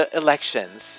elections